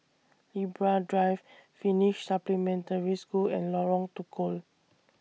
Libra Drive Finnish Supplementary School and Lorong Tukol